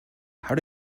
how